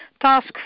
task